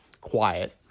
quiet